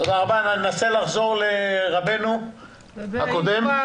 של הבנה מאיפה